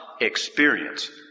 experience